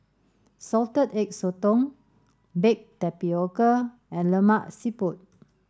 salted egg sotong baked tapioca and Lemak Siput